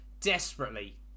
Desperately